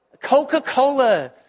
Coca-Cola